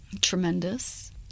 Tremendous